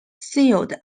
sealed